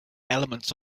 elements